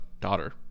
Daughter